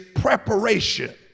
preparation